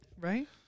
Right